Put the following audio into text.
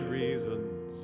reasons